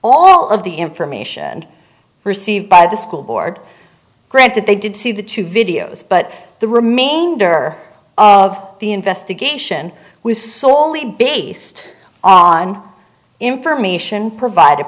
all of the information received by the school board granted they did see the two videos but the remainder of the investigation was soley based on information provided